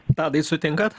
tadai sutinkat